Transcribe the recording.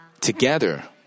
together